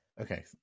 Okay